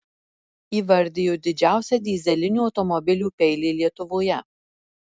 įvardijo didžiausią dyzelinių automobilių peilį lietuvoje